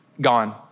gone